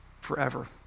forever